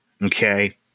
Okay